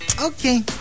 Okay